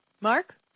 Mark